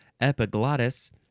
epiglottis